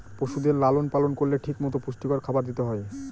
পশুদের লালন পালন করলে ঠিক মতো পুষ্টিকর খাবার দিতে হয়